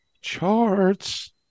charts